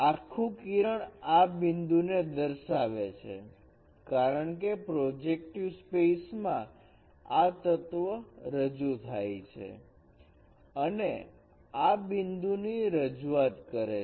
આખું કિરણ આ બિંદુને દર્શાવે છે કારણકે પ્રોજેક્ટિવ સ્પેસમાં આ તત્વ રજૂ થાય છે અને આ બિંદુ ની રજૂઆત કરે છે